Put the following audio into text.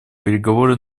переговоры